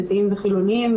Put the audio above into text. דתיים וחילוניים,